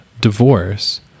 divorce